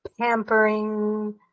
pampering